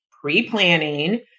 pre-planning